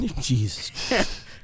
Jesus